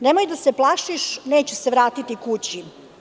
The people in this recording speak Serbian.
Nemoj da se plašiš, neće se vratiti kući.